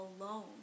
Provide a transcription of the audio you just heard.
alone